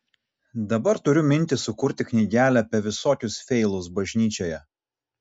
dabar turiu mintį sukurti knygelę apie visokius feilus bažnyčioje